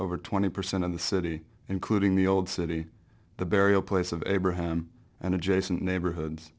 over twenty percent of the city including the old city the burial place of abraham and adjacent neighborhoods